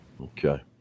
Okay